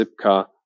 Zipcar